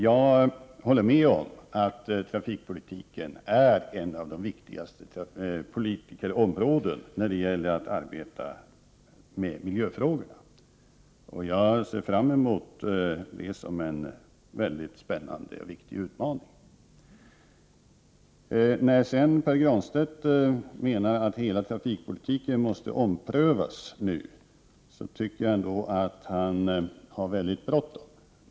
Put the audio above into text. Jag håller med om att trafikpolitiken är ett av de viktigaste politikområdena när det gäller arbetet med miljöfrågorna. Jag ser fram emot detta arbete som en mycket spännande och viktig utmaning. När nu Pär Granstedt menar att hela trafikpolitiken måste omprövas, tycker jag att han har väldigt bråttom.